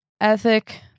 ethic